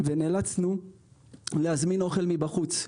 ונאלצנו להזמין אוכל מבחוץ.